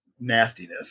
nastiness